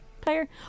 player